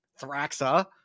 thraxa